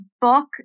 book